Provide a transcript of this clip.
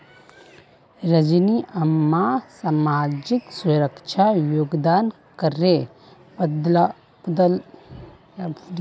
रजनी अम्मा सामाजिक सुरक्षा योगदान करेर बदौलत आइज जिंदा छ